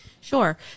Sure